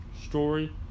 story